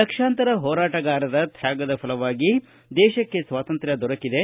ಲಕ್ಷಾಂತರ ಹೋರಾಟಗಾರರ ತ್ಕಾಗದ ಫಲವಾಗಿ ದೇಶಕ್ಕೆ ಸ್ವಾತಂತ್ರ ್ಯ ದೊರಕಿದೆ